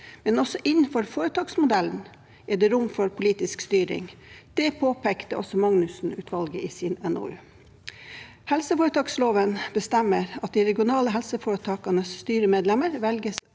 men også innenfor foretaksmodellen er det rom for politisk styring. Det påpekte også Magnussen-utvalget i sin NOU. Helseforetaksloven bestemmer at de regionale helseforetakenes styremedlemmer velges